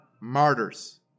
martyrs